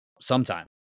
sometime